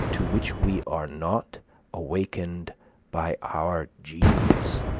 to which we are not awakened by our genius,